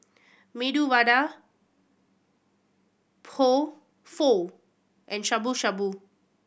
Medu Vada Pho and Shabu Shabu